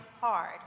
hard